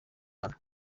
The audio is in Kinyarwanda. umwana